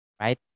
right